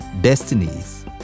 destinies